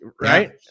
Right